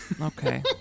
Okay